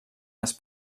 les